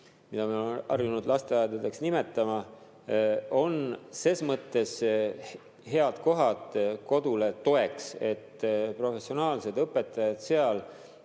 mida me oleme harjunud lasteaedadeks nimetama – on selles mõttes head kohad kodu toetamiseks, et professionaalsed õpetajad ei